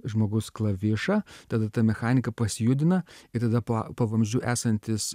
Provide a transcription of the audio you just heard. žmogus klavišą tada ta mechanika pasijudina ir tada po a po vamzdžiu esantis